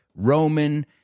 Roman